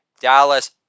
Dallas